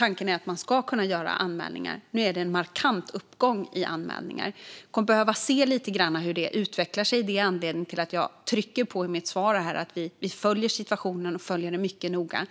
man kan göra anmälningar. Tanken är att man ska kunna göra anmälningar, men nu ser vi en markant uppgång när det gäller anmälningarna. Vi behöver se lite hur det utvecklar sig. Det är anledningen till att jag i mitt svar betonar att vi följer situationen mycket noga.